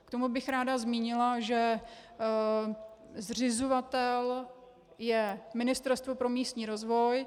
K tomu bych ráda zmínila, že zřizovatel je Ministerstvo pro místní rozvoj.